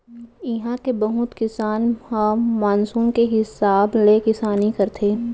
इहां के बहुत किसान ह मानसून के हिसाब ले किसानी करथे